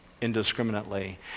indiscriminately